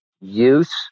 use